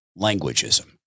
languageism